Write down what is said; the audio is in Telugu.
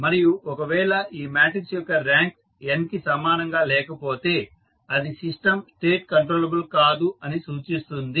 మరియు ఒకవేళ ఈ మాట్రిక్స్ యొక్క ర్యాంక్ n కి సమానంగా లేకపోతే అది సిస్టం స్టేట్ కంట్రోలబుల్ కాదు అని సూచిస్తుంది